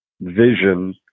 vision